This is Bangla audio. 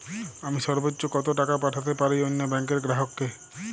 আমি সর্বোচ্চ কতো টাকা পাঠাতে পারি অন্য ব্যাংক র গ্রাহক কে?